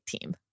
team